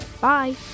Bye